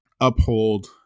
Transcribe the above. uphold